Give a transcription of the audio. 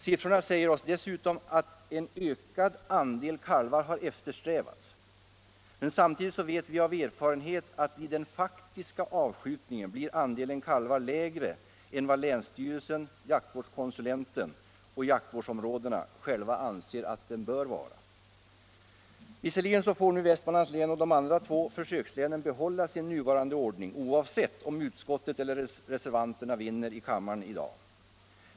Siffrorna säger oss dessutom, att en ökad andel kalvar har eftersträvats, men samtidigt vet vi av erfarenhet att vid den faktiska avskjutningen blir andelen kalvar mindre än vad länsstyrelsen, jaktvårdskonsulenten och jaktvårdsområdena själva anser att den borde vara. Visserligen får Västmanlands län och de andra två försökslänen behålla sin nuvarande ordning, oavsett om utskottet eller reservanterna vinner i kammaren i dag.